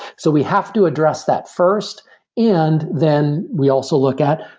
so we have to address that first and then we also look at,